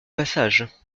passage